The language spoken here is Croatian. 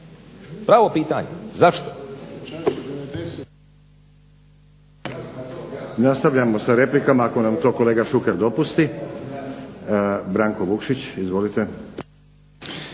Pravo pitanje, zašto?